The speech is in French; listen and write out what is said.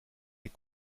est